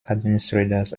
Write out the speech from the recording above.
administrators